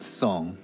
song